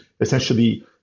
essentially